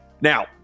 Now